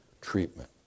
treatment